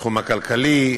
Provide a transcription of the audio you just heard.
בתחום הכלכלי,